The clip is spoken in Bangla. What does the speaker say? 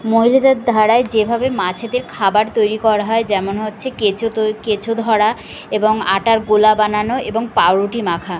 মহিলাদের ধারায় যেভাবে মাছেদের খাবার তৈরি করা হয় যেমন হচ্ছে কেঁচো তৈ কেঁচো ধরা এবং আটার গোলা বানানো এবং পাউরুটি মাখা